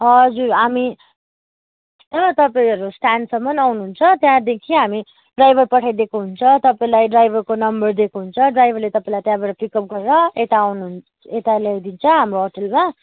हजुर हामी कहाँ तपाईँहरू स्ट्यान्डसम्म आउनुहुन्छ त्यहाँदेखि हामी ड्राइभर पठाइदिएको हुन्छ तपाईँलाई ड्राइभरको नम्बर दिएको हुन्छ ड्राइभरले तपाईँलाई त्यहाँबाट पिकअप गरेर यता आउनु यता ल्याइदिन्छ हाम्रो होटलमा